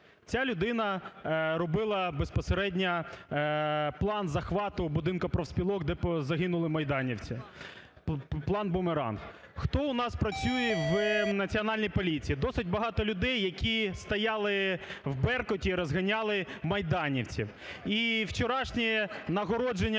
Ця людина робила безпосередньо план захвату Будинку профспілок, де загинули майданівці, план "Бумеранг". Хто у нас працює в Національній поліції? Досить багато людей, які стояли в "Беркуті" і розганяли майданівців. І вчорашнє нагородження